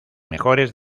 mejores